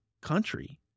country